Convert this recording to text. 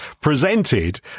presented